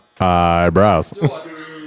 eyebrows